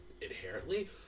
inherently